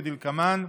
כדלקמן: